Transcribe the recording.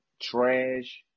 trash